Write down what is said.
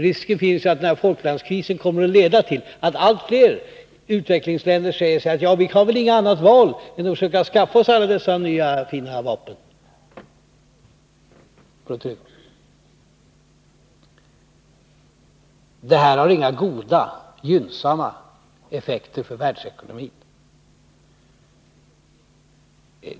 Risken finns att Falklandskrisen kommer att leda till att allt fler utvecklingsländer säger sig att ”vi har väl inget val än att försöka skaffa oss alla dessa nya fina vapen för vår trygghet”. Detta har inga goda, gynnsamma effekter för världsekonomin.